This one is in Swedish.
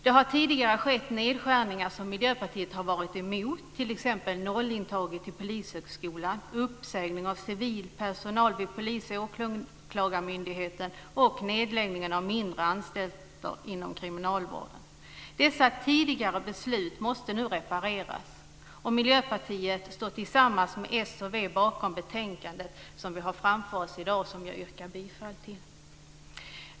Det har tidigare skett nedskärningar som Miljöpartiet har varit emot, t.ex. Dessa tidigare beslut måste nu repareras. Miljöpartiet står tillsammans med s och v bakom hemställan i betänkandet som vi har framför oss och som jag yrkar bifall till.